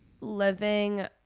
living